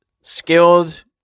skilled